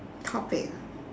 topic ah